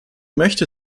möchte